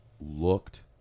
looked